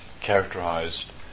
characterized